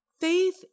Faith